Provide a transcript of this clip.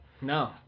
No